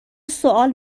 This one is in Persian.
سوال